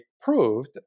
proved